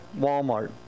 Walmart